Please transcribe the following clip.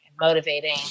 motivating